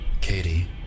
Katie